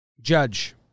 Judge